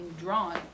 drawn